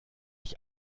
ich